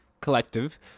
collective